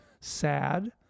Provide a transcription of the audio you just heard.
sad